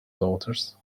daughters